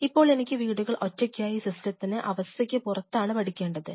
ഇപ്പോൾ എനിക്ക് ഈ വീടുകൾ ഒറ്റയ്ക്കായി ഈ സിസ്റ്റത്തിന് ഈ അവസ്ഥയ്ക്ക് പുറത്താണ് പഠിക്കേണ്ടത്